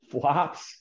flops